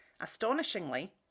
Astonishingly